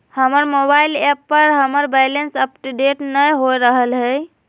हमर mobile app पर हमर बैलेंस अपडेट नय हो रहलय हें